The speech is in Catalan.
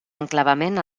enclavament